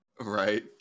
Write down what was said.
Right